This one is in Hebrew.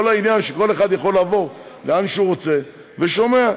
העניין שכל אחד יכול לבוא לאן שהוא רוצה ושומע,